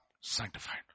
Sanctified